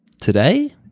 today